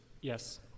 Yes